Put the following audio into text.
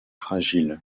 fragile